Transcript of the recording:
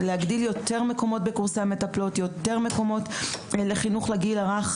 של כמות המקומות בקורסי מטפלות ושל מקומות לחינוך לגיל הרך,